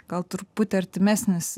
gal truputį artimesnis